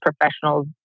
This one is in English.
professionals